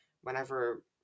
whenever